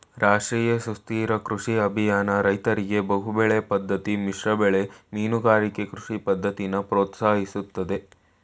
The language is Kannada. ರಾಷ್ಟ್ರೀಯ ಸುಸ್ಥಿರ ಕೃಷಿ ಅಭಿಯಾನ ರೈತರಿಗೆ ಬಹುಬೆಳೆ ಪದ್ದತಿ ಮಿಶ್ರಬೆಳೆ ಮೀನುಗಾರಿಕೆ ಕೃಷಿ ಪದ್ದತಿನ ಪ್ರೋತ್ಸಾಹಿಸ್ತದೆ